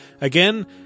Again